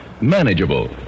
manageable